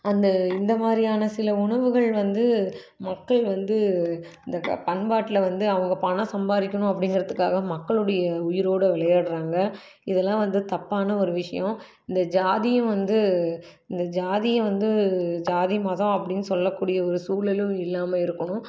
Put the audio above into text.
அந்த இந்த மாதிரியான சில உணவுகள் வந்து மக்கள் வந்து இந்த க பண்பாட்டில வந்து அவங்க பணம் சம்பாதிக்கணும் அப்படிங்கிறத்துக்காக மக்களுடைய உயிரோடய விளையாடுறாங்க இதெல்லாம் வந்து தப்பான ஒரு விஷயம் இந்த ஜாதியும் வந்து இந்த ஜாதியும் வந்து ஜாதி மதம் அப்படின்னு சொல்லக்கூடிய ஒரு சூழலும் இல்லாமல் இருக்கணும்